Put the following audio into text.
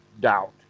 doubt